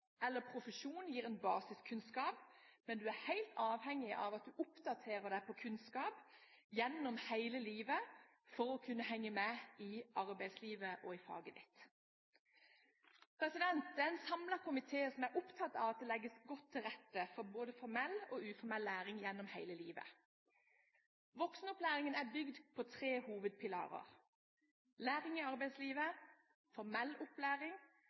eller profesjon gir en basiskunnskap, men du er helt avhengig av å oppdatere deg på kunnskap gjennom hele livet for å kunne henge med i arbeidslivet og i faget ditt. Det er en samlet komité som er opptatt av at det legges godt til rette for både formell og uformell læring gjennom hele livet. Voksenopplæringen er bygd på tre hovedpilarer: læring i arbeidslivet, formell opplæring